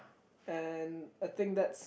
and I think that's